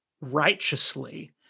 righteously